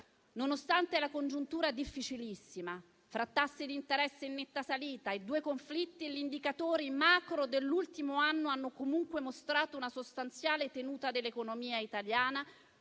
Nonostante la congiuntura difficilissima, fra tassi di interesse in netta salita e due conflitti, gli indicatori macro dell'ultimo anno hanno comunque mostrato una sostanziale tenuta dell'economia italiana,